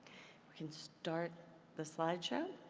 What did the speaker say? we can start the slide show.